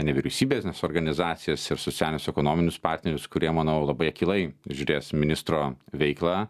nevyriausybines organizacijas ir socialinius ekonominius partnerius kurie manau labai akylai žiūrės ministro veiklą